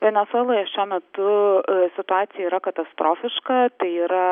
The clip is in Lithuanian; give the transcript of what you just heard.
venesueloje šiuo metu situacija yra katastrofiška tai yra